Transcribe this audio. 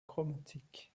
chromatique